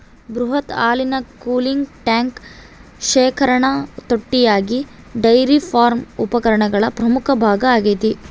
ಬೃಹತ್ ಹಾಲಿನ cooling tank ಶೇಖರಣಾ ತೊಟ್ಟಿಯಾಗಿ ಡೈರಿ ಫಾರ್ಮ್ ಉಪಕರಣಗಳ ಪ್ರಮುಖ ಭಾಗ ಆಗೈತೆ